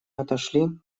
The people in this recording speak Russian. отошли